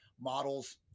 models